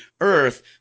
Earth